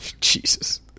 Jesus